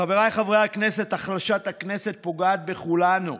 חבריי חברי הכנסת, החלשת הכנסת פוגעת בכולנו.